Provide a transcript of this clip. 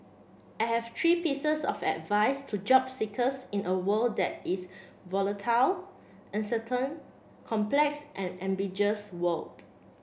I have three pieces of advice to job seekers in a world that is volatile uncertain complex and ambiguous world